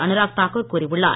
அனுராக் தாக்கூர் கூறியுள்ளார்